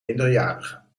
minderjarigen